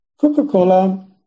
Coca-Cola